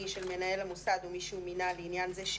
של מנהל המוסד או מי שהוא מינה לעניין זה,